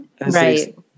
Right